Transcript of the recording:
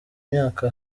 imyaka